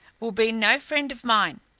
will be no friend of mine.